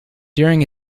during